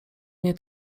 nie